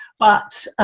but